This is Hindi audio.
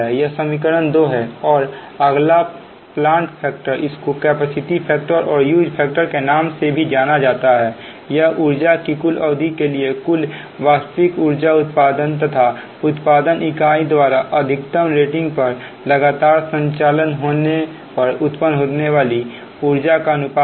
यह समीकरण 2 है और अगला प्लांट फैक्टर इसको कैपेसिटी फैक्टर और यूज़ फैक्टर के नाम से भी जाना जाता हैयह ऊर्जा की कुल अवधि के लिए कुल वास्तविक ऊर्जा उत्पादन तथा उत्पादन इकाई द्वारा अधिकतम रेटिंग पर लगातार संचालित होने पर उत्पन्न होने वाली ऊर्जा का अनुपात है